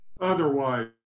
otherwise